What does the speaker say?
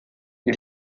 die